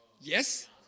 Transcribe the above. Yes